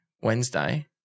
Wednesday